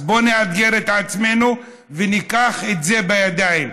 אז בואו נאתגר את עצמנו וניקח את זה בידיים,